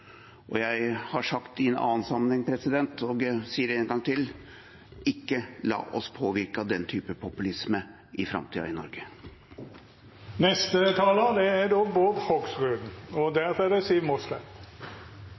Og jeg har sagt i en annen sammenheng og sier det en gang til: ikke la oss påvirkes av den typen populisme i framtiden i